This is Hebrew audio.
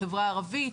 לחברה הערבית,